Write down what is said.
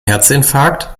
herzinfarkt